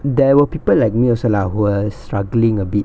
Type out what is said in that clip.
there were people like me also lah who are struggling a bit